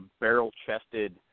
barrel-chested